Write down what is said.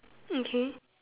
okay